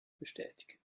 bestätigen